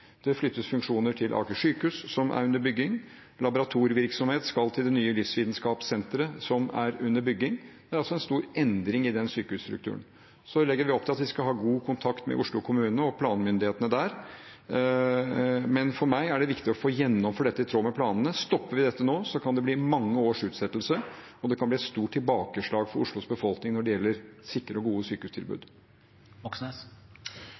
Det flyttes funksjoner til Aker sykehus, som er under bygging. Laboratorievirksomhet skal til det nye livsvitenskapssenteret, som er under bygging. Det er altså en stor endring i den sykehusstrukturen. Så legger vi opp til at vi skal ha god kontakt med Oslo kommune og planmyndighetene der. Men for meg er det viktig å få gjennomført dette i tråd med planene. Stopper vi dette nå, kan det bli mange års utsettelse, og det kan bli et stort tilbakeslag for Oslos befolkning når det gjelder et sikkert og